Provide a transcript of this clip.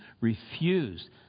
refused